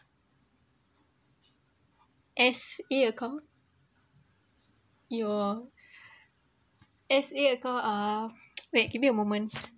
S_A account your S_A account ah wait give me a moment